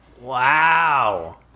Wow